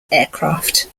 aircraft